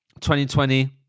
2020